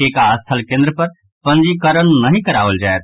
टीका स्थल केन्द्र पर पंजीकरण नहि कराओल जायत